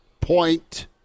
point